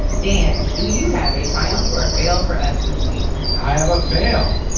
dan, do you have a triumph or a fail for us this week? i have a fail.